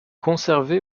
conservée